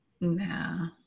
No